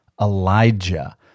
Elijah